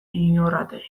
inurrategik